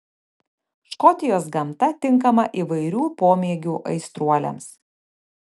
škotijos gamta tinkama įvairių pomėgių aistruoliams